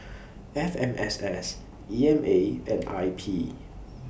F M S S E M A and I P